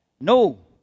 no